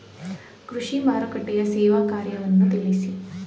ಕೃಷಿ ಮಾರುಕಟ್ಟೆಯ ಸೇವಾ ಕಾರ್ಯವನ್ನು ತಿಳಿಸಿ?